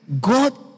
God